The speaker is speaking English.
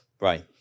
Right